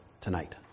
tonight